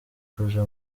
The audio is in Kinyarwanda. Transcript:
kuja